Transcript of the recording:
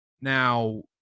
Now